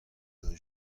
dre